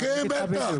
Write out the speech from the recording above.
כן, בטח.